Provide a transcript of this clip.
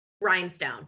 Rhinestone